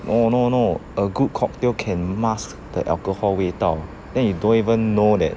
no no no a good cocktail can mask the alcohol 味道 then you don't even know that